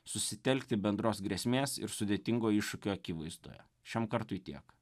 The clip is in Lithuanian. susitelkti bendros grėsmės ir sudėtingo iššūkio akivaizdoje šiam kartui tiek